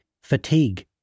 fatigue